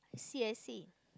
I see I see